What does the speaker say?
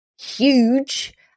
huge